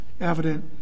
evident